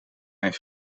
mijn